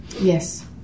yes